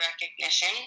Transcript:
recognition